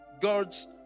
God's